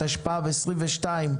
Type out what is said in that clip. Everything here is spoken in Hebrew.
התשפ"ב-2022,